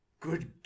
Good